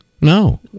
No